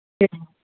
சரிங்க